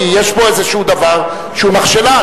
כי יש פה איזה דבר שהוא מכשלה,